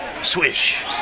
Swish